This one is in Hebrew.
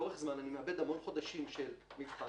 לאורך זמן אני מאבד המון חודשים של מבחן